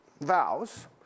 vows